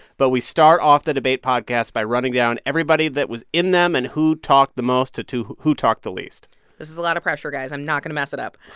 but we start off the debate podcast by running down everybody that was in them and who talked the most to to who talked the least this is a lot of pressure, guys. i'm not going to mess it up.